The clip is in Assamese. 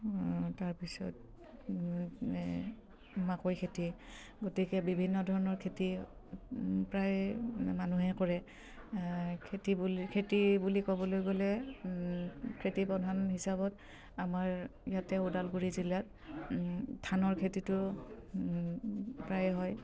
তাৰপিছত মাকৈ খেতি গতিকে বিভিন্ন ধৰণৰ খেতি প্ৰায় মানুহে কৰে খেতি বুলি খেতি বুলি ক'বলৈ গ'লে খেতি প্ৰধান হিচাপত আমাৰ ইয়াতে ওদালগুৰি জিলাত ধানৰ খেতিটো প্ৰায় হয়